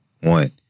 one